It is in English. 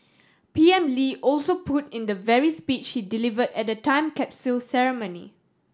P M Lee also put in the very speech she delivered at the time capital ceremony